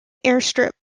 airstrip